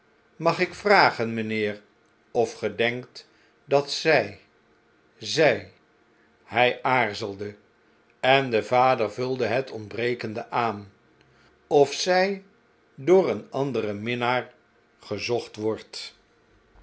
mag ik vragen mijnheer of ge denkt dat zij zjj hjj aarzelde en de vader vulde het ontbrekende aan of zij door een anderen minnaar gezocht wordt